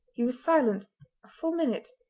he was silent a full minute,